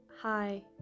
hi